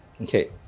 okay